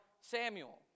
Samuel